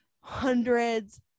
hundreds